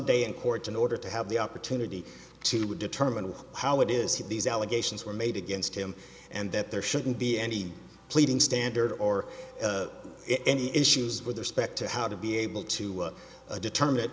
day in court in order to have the opportunity to determine how it is here these allegations were made against him and that there shouldn't be any pleading standard or any issues with respect to how to be able to determine